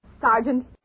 Sergeant